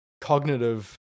cognitive